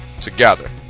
Together